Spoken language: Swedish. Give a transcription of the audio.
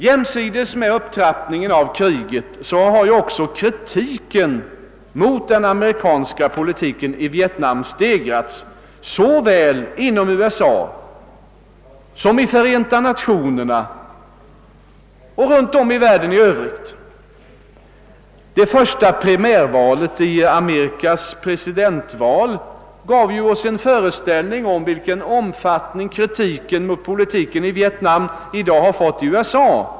Jämsides med upptrappningen av kriget har också kritiken mot den amerikanska politiken i Vietnam stegrats i såväl USA som i Förenta Nationerna och runt om i världen för övrigt. Det första primärvalet i Amerikas presidentval gav oss en föreställning om vilken omfattning kritiken mot politiken i Vietnam har fått inom USA.